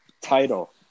title